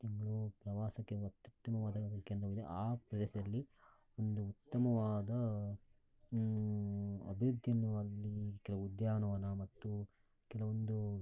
ತಿಂಗಳು ಪ್ರವಾಸಕ್ಕೆ ಅತ್ಯುತ್ತಮವಾದ ಒಂದು ಕೇಂದ್ರವಾಗಿದೆ ಆ ಪ್ರದೇಶದಲ್ಲಿ ಒಂದು ಉತ್ತಮವಾದ ಅಭಿವೃದ್ಧಿ ಎನ್ನುವಲ್ಲಿ ಕೆಲವು ಉದ್ಯಾನವನ ಮತ್ತು ಕೆಲವೊಂದು